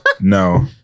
No